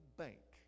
bank